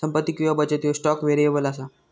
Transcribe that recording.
संपत्ती किंवा बचत ह्यो स्टॉक व्हेरिएबल असा